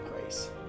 grace